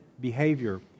behavior